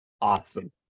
Awesome